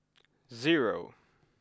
zero